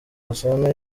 gasana